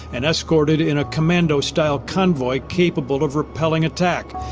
and escorted in a commando-style convoy capable of repelling attack.